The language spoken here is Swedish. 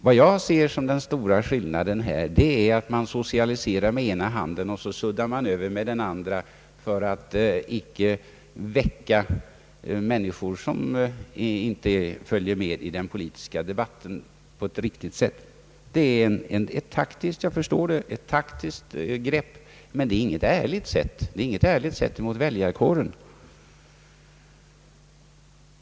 Vad jag ser såsom det anmärkningsvärda är att man socialiserar med ena handen och suddar över med den andra för att inte väcka människor som inte på ett riktigt sätt följer med i den politiska debatten. Det är ett taktiskt grepp. Jag förstår det. Men det är inte et! ärligt sätt mot väljarkåren.